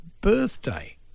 birthday